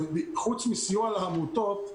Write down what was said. חוץ מסיוע לעמותות,